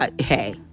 Hey